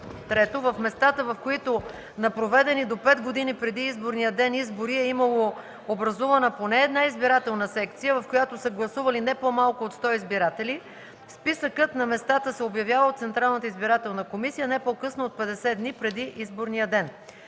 3. в местата, в които на проведени до 5 години преди изборния ден избори е имало образувана поне една избирателна секция, в която са гласували не по-малко от 100 избиратели; списъкът на местата се обявява от Централната избирателна комисия не по-късно от 50 дни преди изборния ден;